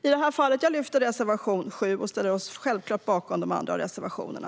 I det här fallet yrkar jag bifall till reservation 7, och vi ställer oss också självklart bakom de andra reservationerna.